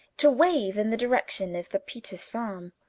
to wave in the direction of the peters farm.